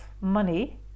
money